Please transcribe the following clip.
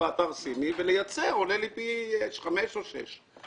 באתר הסיני ולייצר עולה לה פי חמש או שש.